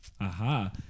Aha